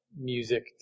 music